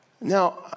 Now